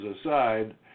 aside